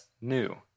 new